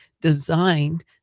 designed